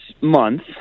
month